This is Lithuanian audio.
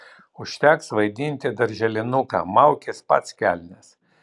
užteks vaidinti darželinuką maukis pats kelnes